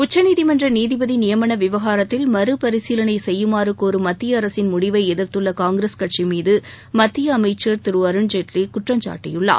உச்சநீதிமன்ற நீதிபதி நியமன விவகாரத்தில் மறுபரிசீலனை செய்யுமாறு கோறும் மத்திய அரசின் முடிவை எதிர்த்துள்ள காங்கிரஸ் கட்சி மீது மத்திய அமைச்சா் திரு அருண்ஜெட்லி குற்றம் சாட்டியுள்ளார்